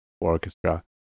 orchestra